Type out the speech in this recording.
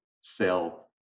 sell